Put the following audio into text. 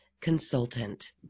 consultant